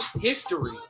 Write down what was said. history